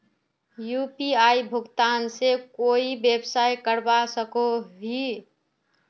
UPI भुगतान से कोई व्यवसाय करवा सकोहो ही?